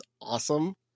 awesome